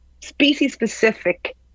species-specific